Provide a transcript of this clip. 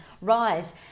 rise